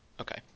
okay